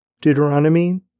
Deuteronomy